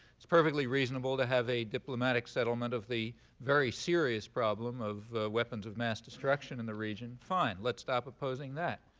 it's perfectly reasonable to have a diplomatic settlement of the very serious problem of weapons of mass destruction in the region. fine. let's stop opposing that.